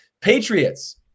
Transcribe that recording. Patriots